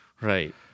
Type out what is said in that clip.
Right